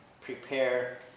Prepare